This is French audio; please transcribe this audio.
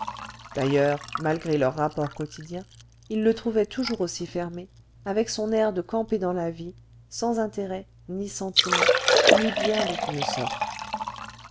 d'ailleurs malgré leurs rapports quotidiens il le trouvait toujours aussi fermé avec son air de camper dans la vie sans intérêts ni sentiments ni biens d'aucune sorte